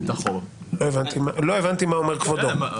לא הבנתי מה אומר כבודו.